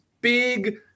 big